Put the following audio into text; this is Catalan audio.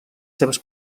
seves